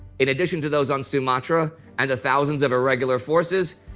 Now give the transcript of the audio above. in addition to those on sumatra and the thousands of irregular forces,